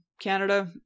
Canada